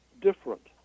different